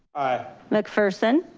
aye. mcpherson?